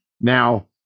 Now